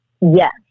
Yes